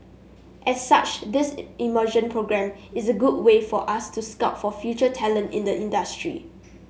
as such this immersion programme is a good way for us to scout for future talent in the industry